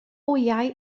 wyau